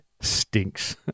stinks